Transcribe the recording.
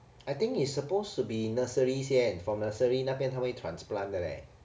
I think it's supposed to be nursery 先 from nursery 那边他们会 transplant 的 leh